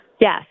yes